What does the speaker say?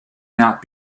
not